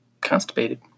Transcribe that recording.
constipated